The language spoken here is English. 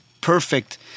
perfect